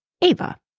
Ava